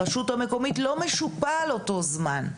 הרשות המקומית לא משופה על אותו זמן,